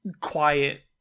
quiet